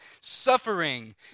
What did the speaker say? suffering